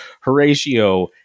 Horatio